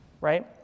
right